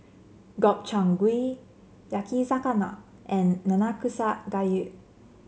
Gobchang Gui Yakizakana and Nanakusa Gayu